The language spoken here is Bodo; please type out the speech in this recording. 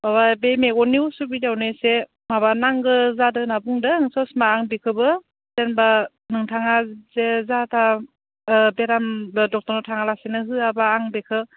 माबा बे मेगननि उसुबिदायावनो एसे माबा नांगौ जादों होनना बुंदों ससमा आं बेखौबो जेनेबा नोंथाङा जे जाहाथाहा बेराम डक्टरनाव थाङालासेनो होआबा आं बेखौ